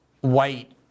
white